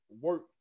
work